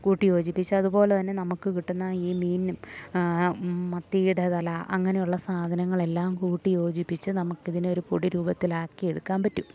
കൂട്ടി യോജിപ്പിച്ച് അതു പോലെ തന്നെ നമുക്ക് കിട്ടുന്ന ഈ മീനും മത്തിയുടെ തല അങ്ങനെയുള്ള സാധനങ്ങളെല്ലാം കൂട്ടി യോജിപ്പിച്ച് നമുക്കിതിനെ ഒരു പൊടി രൂപത്തിലാക്കി എടുക്കാൻ പറ്റും